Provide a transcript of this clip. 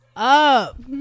Up